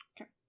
Okay